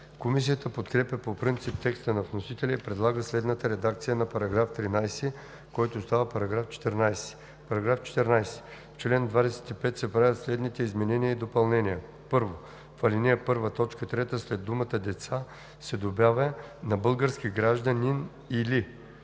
Комисията подкрепя по принцип текста на вносителя и предлага следната редакция на § 13, който става § 14: „§ 14. В чл. 25 се правят следните изменения и допълнения: 1. В ал. 1, т. 3 след думата „деца“ се добавя „на български гражданин или“.